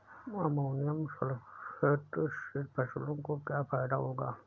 Ammonium sulphate से फसलों को क्या फायदा होगा?